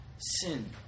sin